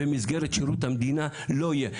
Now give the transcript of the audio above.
במסגרת שירות המדינה לא יהיה.